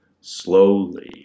slowly